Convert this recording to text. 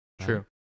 True